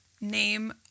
name